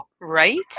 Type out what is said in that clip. Right